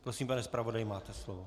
Prosím, pane zpravodaji, máte slovo.